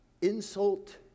insult